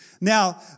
Now